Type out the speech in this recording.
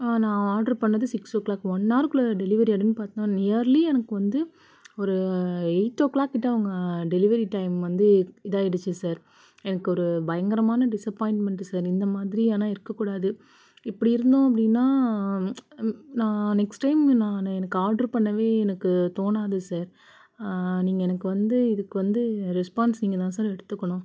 நான் ஆர்டர் பண்ணது six o'clock one ஹவர்க்குள்ள டெலிவரி ஆகிடுன்னு பார்த்தோம் நியர்லி எனக்கு வந்து ஒரு எயிட் ஓ கிளாக்கிட்ட அவங்க டெலிவரி டைம் வந்து இதாகிடுச்சு சார் எனக்கு ஒரு பயங்கரமான டிஸப்பாயின்மெண்ட் சார் இந்த மாதிரி ஆனால் இருக்கக்கூடாது இப்படி இருந்தோம் அப்படின்னா நான் நெக்ஸ்ட் டைம் நான் எனக்கு ஆர்டர் பண்ணவே எனக்கு தோணாது சார் நீங்கள் எனக்கு வந்து இதுக்கு வந்து ரெஸ்பான்ஸ் நீங்கள்தான் சார் எடுத்துக்கணும்